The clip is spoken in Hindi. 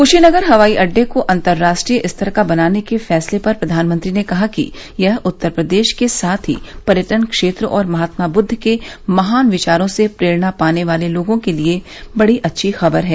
कुशीनगर हवाई अड्डेको अंतर्राष्ट्रीय स्तर का बनाने के फैसले पर प्रधानमंत्री ने कहा कि यह उत्तर प्रदेशके साथ ही पर्यटन क्षेत्र और महात्मा बुद्ध के महान विचारों से प्रेरणा पाने वाले लोगों के लिए बड़ी अच्छी खबर है